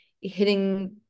hitting